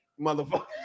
motherfucker